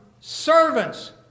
servants